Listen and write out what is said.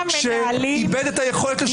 שאיבד את היכולת לשכנע,